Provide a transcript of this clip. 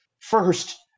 first